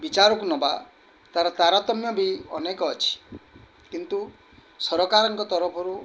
ବିଚାରକୁ ନେବା ତା'ର ତାରତମ୍ୟ ବି ଅନେକ ଅଛି କିନ୍ତୁ ସରକାରଙ୍କ ତରଫରୁ